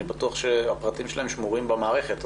אני בטוח שהפרטים שלהם שמורים במערכת.